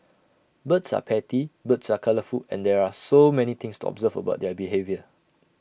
birds are petty birds are colourful and there are so many things to observe about their behaviour